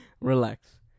Relax